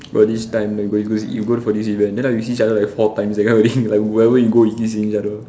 got this time we go for this event then like we see each other for like four times that kind of thing like wherever we go we keep seeing each other